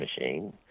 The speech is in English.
machine